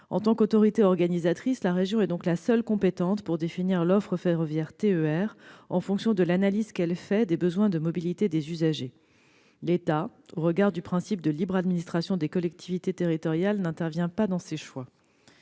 En tant qu'autorité organisatrice, la région est donc la seule compétente pour définir l'offre ferroviaire TER en fonction de l'analyse qu'elle fait des besoins de mobilité des usagers. L'État, au regard du principe de libre administration des collectivités territoriales, n'intervient pas dans ces choix.